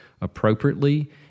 appropriately